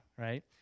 right